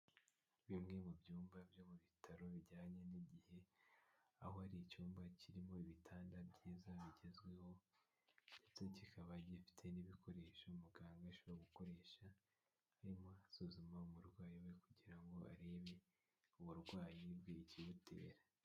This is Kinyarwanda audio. Bimwe mu byumba byo mu bitaro bijyanye n'igihe, aho ari icyumba kirimo ibitanda byiza bigezweho ndetse kikaba gifite n'ibikoresho muganga ashobora gukoresha arimo asuzuma umurwayi wek ugira ngo arebe uburwayi bwe ikibutera.